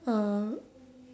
uh